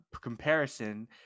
comparison